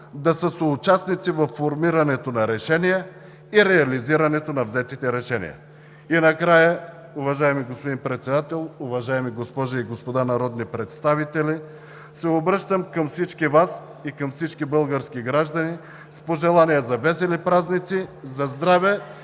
да са съучастници във формирането на решения и в реализирането на взетите решения. И накрая, уважаеми господин Председател, уважаеми госпожи и господа народни представители, се обръщам към всички Вас и към всички български граждани с пожелания за весели празници, за здраве